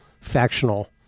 factional